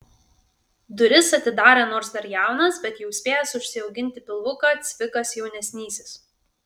duris atidarė nors dar jaunas bet jau spėjęs užsiauginti pilvuką cvikas jaunesnysis